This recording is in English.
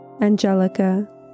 Angelica